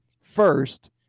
first